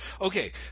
okay